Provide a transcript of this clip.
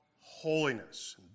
holiness